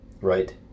right